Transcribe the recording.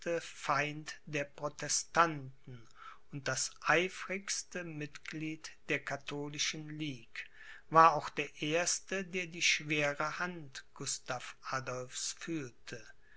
feind der protestanten und das eifrigste mitglied der katholischen ligue war auch der erste der die schwere hand gustav adolphs fühlte